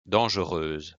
dangereuse